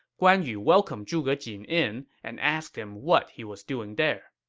guan yu welcomed zhuge jin in and asked him what he was doing there